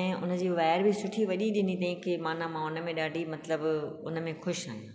ऐं हुनजी वायर बि सुठी वॾी ॾिनी तईं के मना मां हुनमें ॾाढी मतिलबु उनमें ख़ुशि आहियां